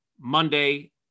Monday